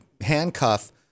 handcuff